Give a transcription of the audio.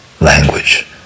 language